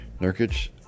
Nurkic